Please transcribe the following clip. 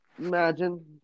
imagine